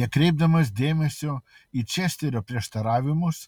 nekreipdamas dėmesio į česterio prieštaravimus